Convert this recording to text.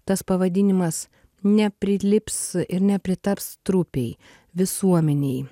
tas pavadinimas neprilips ir nepritaps trupėj visuomenėj